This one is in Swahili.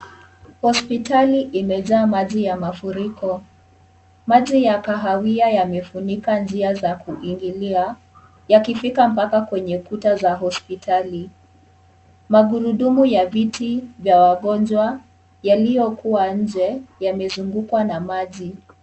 Hospitali imejaa maji ya mafuriko, maji ya kahawia yamefunika njia za kuingilia, yakifika mpaka kwenye kuta za hospitali, magurudumu, ya viti, vya wagonjwa, yaliokuwa nje, yamezungukwa na maji.